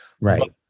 Right